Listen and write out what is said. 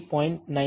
775 થી 0